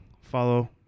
follow